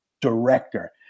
director